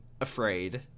afraid